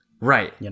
Right